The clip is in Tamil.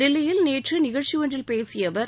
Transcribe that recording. தில்லியில் நேற்று நிகழ்ச்சி ஒன்றில் பேசிய அவர்